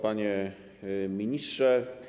Panie Ministrze!